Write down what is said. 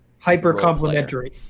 Hyper-complementary